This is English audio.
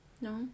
No